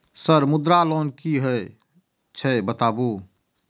Sir Mudra loan की हे छे बताबू?